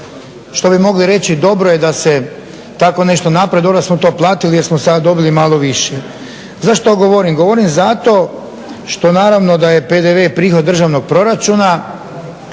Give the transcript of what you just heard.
što bi mogli reći dobro je da se tako nešto napravi, dobro da smo to platili jer smo sada dobili malo više. Zašto to govorim? Govorim zato što naravno da je PDV prihod državnog proračuna